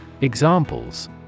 Examples